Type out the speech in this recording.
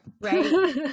right